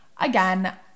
again